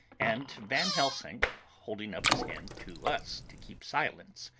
and van helsing, holding up his hand to us to keep silence,